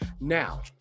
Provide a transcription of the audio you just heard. Now